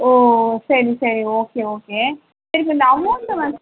ஓ சரி சரி okay okay எனக்கு இந்த அமௌண்ட் வந்து